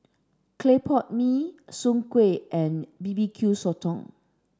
Clay Pot Mee Soon Kway and B B Q Sotong